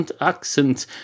accent